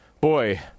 boy